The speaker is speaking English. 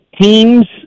teams